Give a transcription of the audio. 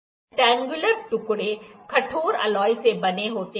rectangular टुकड़े कठोर alloy से बने होते हैं